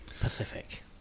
Pacific